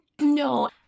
No